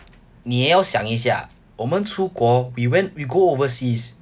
你也要想一下我们出国 we went we go overseas